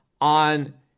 on